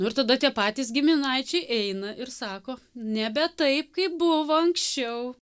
ir tada tie patys giminaičiai eina ir sako nebe taip kaip buvo anksčiau